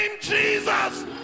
Jesus